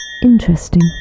Interesting